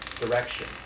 direction